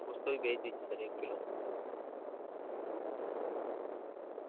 اس کو بھی بھیج دیجیے سر ایک کلو